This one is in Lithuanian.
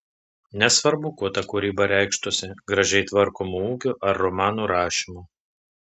nesvarbu kuo ta kūryba reikštųsi gražiai tvarkomu ūkiu ar romanų rašymu